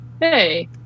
hey